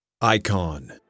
ICON